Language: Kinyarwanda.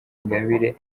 ingabire